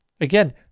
again